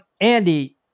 Andy